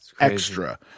extra